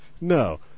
No